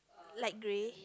light grey